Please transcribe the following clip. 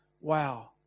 wow